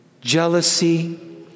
jealousy